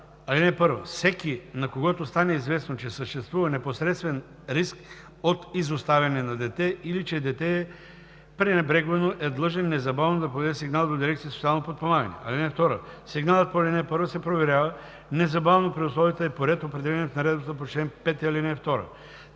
36а. (1) Всеки, на когото стане известно, че съществува непосредствен риск от изоставяне на дете или че дете е пренебрегвано, е длъжен незабавно да подаде сигнал до дирекция „Социално подпомагане“. (2) Сигналът по ал. 1 се проверява незабавно при условия и по ред, определени в наредбата по чл. 5, ал. 2.